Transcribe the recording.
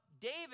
David